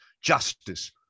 justice